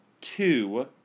two